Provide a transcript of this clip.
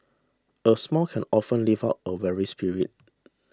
a smile can often lift up a weary spirit